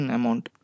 amount